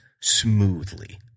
smoothly